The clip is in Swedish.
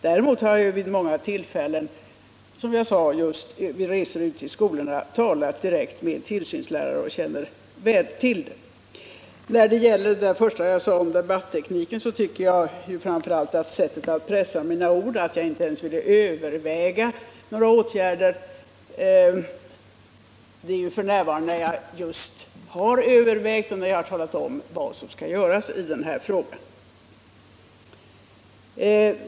Men jag har som sagt vid många tillfällen, just vid resor till skolorna, talat direkt med tillsynslärare och känner väl till förhållandena. Det första jag sade om debatteknik gäller även sättet att pressa mina ord. Jan Bergqvist framhåller mitt uttalande att jag inte är beredd att nu överväga några särskilda åtgärder. Men jag har redan övervägt åtgärder och har talat om vad som skall göras i denna fråga.